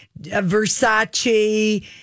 Versace